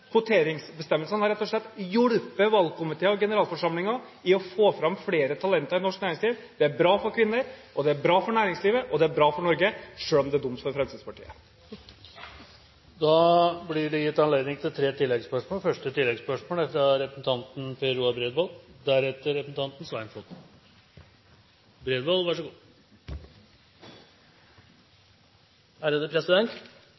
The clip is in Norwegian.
Kvoteringsbestemmelsene har rett og slett hjulpet valgkomiteer og generalforsamlinger til å få fram flere talenter i norsk næringsliv. Det er bra for kvinner, det er bra for næringslivet, og det er bra for Norge – selv om det er dumt for Fremskrittspartiet. Det blir gitt anledning til tre